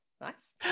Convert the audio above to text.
nice